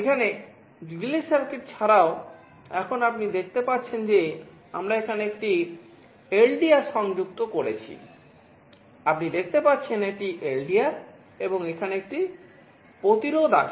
এখানে relay circuit ছাড়াও এখন আপনি দেখতে পাচ্ছেন যে আমরা এখানে একটি এলডিআর আছে